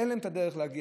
אין להם את הדרך להגיע.